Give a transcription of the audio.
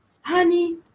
Honey